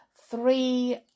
three